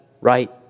right